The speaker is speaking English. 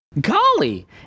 Golly